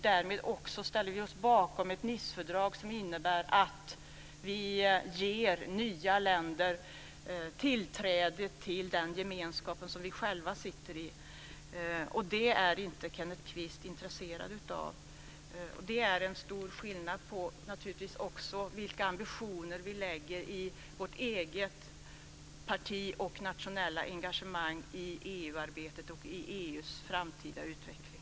Därmed ställer vi oss också bakom ett Nicefördrag som innebär att vi ger nya länder tillträde till den gemenskap som vi själva sitter i. Det är inte Kenneth Kvist intresserad av. Det är naturligtvis också en stor skillnad på vilka ambitioner vi i våra partier lägger i nationellt engagemang i EU-arbetet och EU:s framtida utveckling.